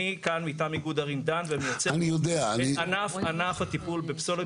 אני כאן מטעם איגוד ערים דן ומייצג את ענף הטיפול בפסולת,